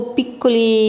piccoli